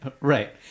Right